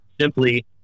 simply